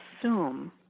assume